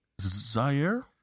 Zaire